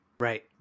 Right